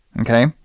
Okay